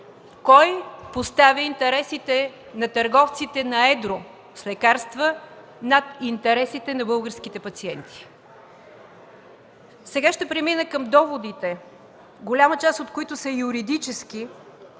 кой поставя интересите на търговците на едро с лекарства над интересите на българските пациенти? Сега ще премина към доводите, голяма част от които са юридически,